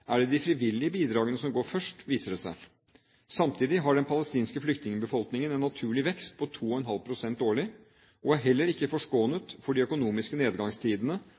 er det de frivillige bidragene som går først, viser det seg. Samtidig har den palestinske flyktningbefolkningen en naturlig vekst på 2,5 pst. årlig, og er heller ikke forskånet for de økonomiske nedgangstidene